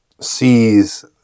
sees